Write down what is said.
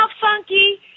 funky